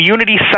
Unity